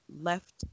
left